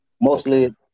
Mostly